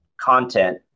content